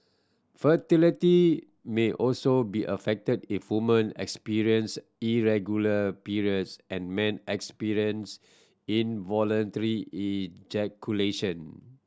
fertility may also be affected if woman experience irregular periods and men experience involuntary ejaculation